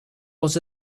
was